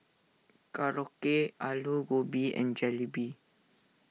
Korokke Alu Gobi and Jalebi